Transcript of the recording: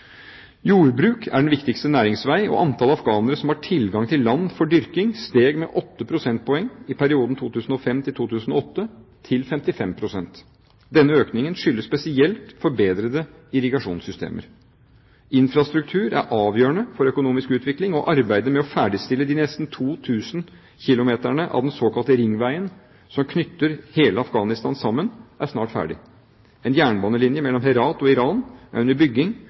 Jordbruk er den viktigste næringsveien, og antallet afghanere som har tilgang til land for dyrking, steg med 8 prosentpoeng i perioden 2005–2008, til 55 pst. Denne økningen skyldes spesielt forbedrede irrigasjonssystemer. Infrastruktur er avgjørende for økonomisk utvikling, og arbeidet med å ferdigstille de nesten 2 000 kilometerne av den såkalte ringveien som knytter hele Afghanistan sammen, er snart ferdig. En jernbanelinje mellom Herat og Iran er under bygging,